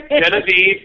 Genevieve